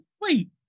Wait